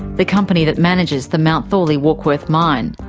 the company that manages the mount thorley warkworth mine.